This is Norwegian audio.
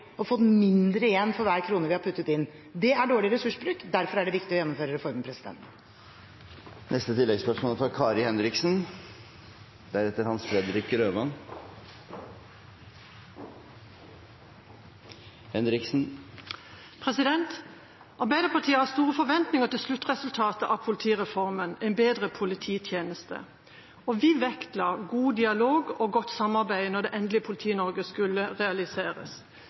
og fått mindre igjen for hver krone vi har puttet inn. Det er dårlig ressursbruk, og derfor er det viktig å gjennomføre reformer. Kari Henriksen – til oppfølgingsspørsmål. Arbeiderpartiet har store forventninger til sluttresultatet av politireformen: en bedre polititjeneste. Og vi vektla god dialog og godt samarbeid da det endelige Politi-Norge skulle realiseres.